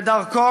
ודרכו,